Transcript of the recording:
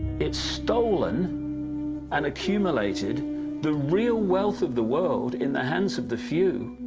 it's stolen and accumulated the real wealth of the world in the hands of the few.